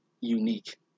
unique